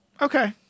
okay